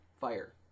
fire